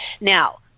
Now